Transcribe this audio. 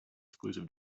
exclusive